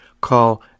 call